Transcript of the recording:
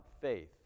faith